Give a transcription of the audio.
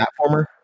platformer